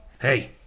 Hey